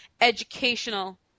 educational